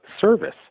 service